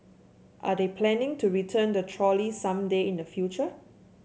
are they planning to return the trolley some day in the future